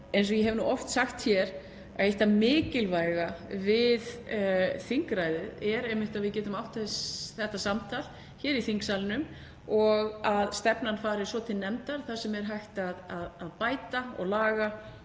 eins og ég hef oft sagt hér er eitt það mikilvæga við þingræðið einmitt að við getum átt þetta samtal hér í þingsalnum og stefnan fer svo til nefndar þar sem er hægt að bæta og laga